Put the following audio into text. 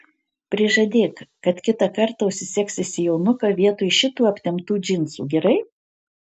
prižadėk kad kitą kartą užsisegsi sijonuką vietoj šitų aptemptų džinsų gerai